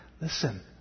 listen